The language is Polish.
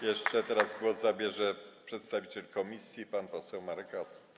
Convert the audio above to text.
Jeszcze teraz głos zabierze przedstawiciel komisji, pan poseł Marek Ast.